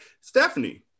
stephanie